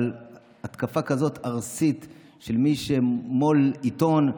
אבל התקפה כזאת ארסית של מי שהוא מו"ל עיתון,